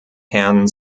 herrn